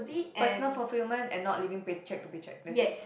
personal fulfilment and not living paycheck to paycheck that's it